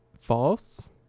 false